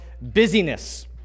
busyness